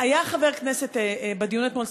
היה חבר כנסת בדיון אתמול,